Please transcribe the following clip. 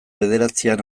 bederatzian